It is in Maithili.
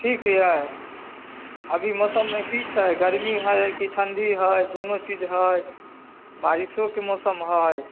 ठीक यऽ अभी मौसममे की छै गरमी हय कि ठंडी है दुनू चीज हय बारिशोके मौसम हय